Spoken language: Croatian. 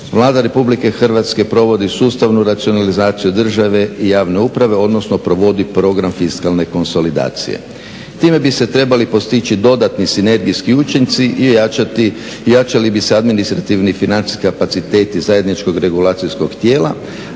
Vlada Republike Hrvatske provodi sustavnu racionalizaciju države i javne uprave odnosno provodi program fiskalne konsolidacije. Time bi se trebali postići dodatni sinergijski učinci i jačali bi se administrativni i financijski kapaciteti zajedničkog regulacijskog tijela